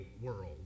world